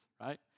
right